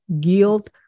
guilt